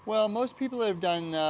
well, most people have done,